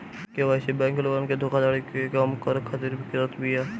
KYC bank लोगन के धोखाधड़ी के कम करे खातिर करत बिया